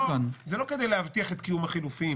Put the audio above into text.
זה לא כדי להבטיח את קיום החילופים,